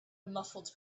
muffled